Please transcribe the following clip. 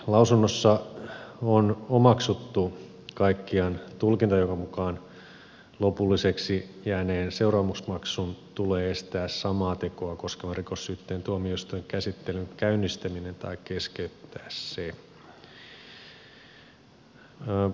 lausunnossa on omaksuttu kaikkiaan tulkinta jonka mukaan lopulliseksi jääneen seuraamusmaksun tulee estää samaa tekoa koskevan rikossyytteen tuomioistuinkäsittelyn käynnistyminen tai keskeyttää se